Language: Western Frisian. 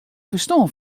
ferstân